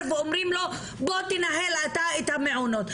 ואומרים לו "בוא תנהל אתה את המעונות".